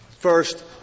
First